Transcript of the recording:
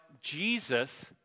Jesus